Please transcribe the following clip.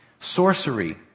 Sorcery